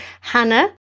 Hannah